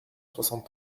soixante